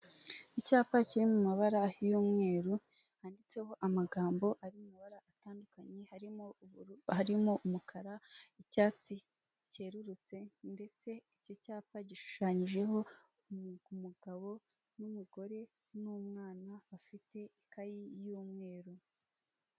Turimo turabona ibikorwaremezo nk'umuhanda, ibiyaga, ibiti n'ubwo uwareba neza atitegereje yabona wagirango ngo byakundukiye mu mazi, ariko byatewe n'ifoto bafashe bigaragaza bisa nk'aho ibi biti n'amapironi byaguye mu nyanja cyangwa mu mazi. Ariko bari bagambiriye kutwereka ibikorwa remezo nk'imihanda, n'ibiti n'ibindi.